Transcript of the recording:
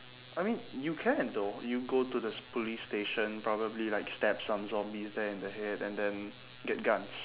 I mean you can though you go to the s~ police station probably like stab some zombies there in the head and then get guns